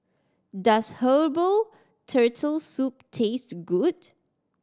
does herbal Turtle Soup taste good